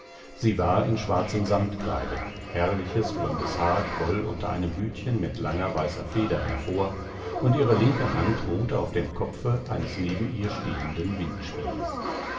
sie war in schwarzem samtkleide herrliches blondes haar quoll unter einem hütchen mit langer weißer feder hervor und ihre linke hand ruhte auf dem kopfe eines neben ihr stehenden windspieles